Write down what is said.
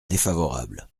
défavorable